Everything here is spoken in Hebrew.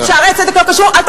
"שערי צדק" לא קשור לעניין.